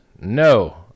No